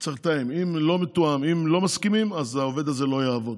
צריך לתאם, אם לא מסכימים, העובד הזה לא יעבוד.